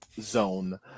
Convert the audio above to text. zone